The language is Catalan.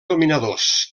dominadors